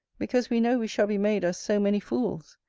because we know we shall be made as so many fools.